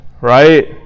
right